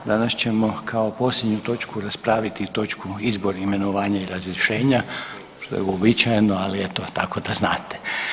Danas ćemo kao posljednju točku raspraviti i točku Izbor, imenovanje i razrješenja, što je uobičajeno, ali eto, tako da znate.